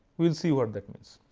will see what that means.